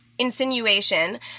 Insinuation